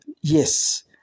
Yes